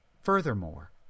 Furthermore